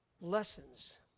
lessons